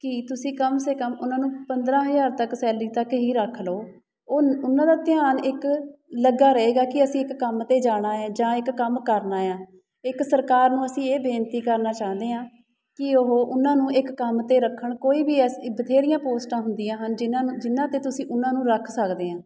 ਕਿ ਤੁਸੀਂ ਕਮ ਸੇ ਕਮ ਉਹਨਾਂ ਨੂੰ ਪੰਦਰਾਂ ਹਜ਼ਾਰ ਤੱਕ ਸੈਲਰੀ ਤੱਕ ਹੀ ਰੱਖ ਲਉ ਉਹਨ ਉਹਨਾਂ ਦਾ ਧਿਆਨ ਇੱਕ ਲੱਗਾ ਰਹੇਗਾ ਕਿ ਅਸੀਂ ਇੱਕ ਕੰਮ 'ਤੇ ਜਾਣਾ ਹੈ ਜਾਂ ਇੱਕ ਕੰਮ ਕਰਨਾ ਆ ਇੱਕ ਸਰਕਾਰ ਨੂੰ ਅਸੀਂ ਇਹ ਬੇਨਤੀ ਕਰਨਾ ਚਾਹੁੰਦੇ ਹਾਂ ਕਿ ਉਹ ਉਹਨਾਂ ਨੂੰ ਇੱਕ ਕੰਮ 'ਤੇ ਰੱਖਣ ਕੋਈ ਵੀ ਐਸੀ ਬਥੇਰੀਆਂ ਪੋਸਟਾਂ ਹੁੰਦੀਆਂ ਹਨ ਜਿਨ੍ਹਾਂ ਨੂੰ ਜਿਨ੍ਹਾਂ 'ਤੇ ਤੁਸੀਂ ਉਹਨਾਂ ਨੂੰ ਰੱਖ ਸਕਦੇ ਆਂ